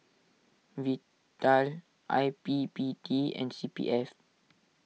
Vital I P P T and C P F